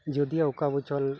ᱡᱳᱫᱤᱭᱳ ᱚᱠᱟ ᱵᱚᱪᱷᱚᱨ